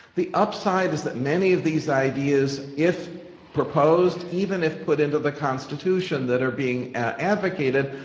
the upside is that many of these ideas, if proposed, even if put into the constitution, that are being ah advocated,